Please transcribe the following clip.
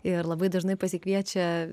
ir labai dažnai pasikviečia